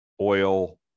oil